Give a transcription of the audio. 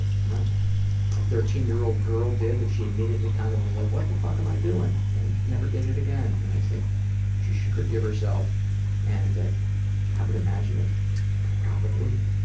you know a thirteen year old girl did that she immediately kind of were like, what the fuck am i doing? and, never did it again. and i think she should forgive herself and i i but imagine that probably